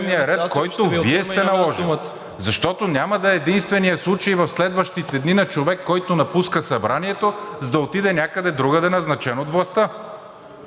Защото няма да е единственият случай в следващите дни – на човек, който напуска Събранието, за да отиде някъде другаде, назначен от властта!